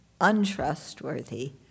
untrustworthy